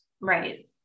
Right